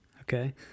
okay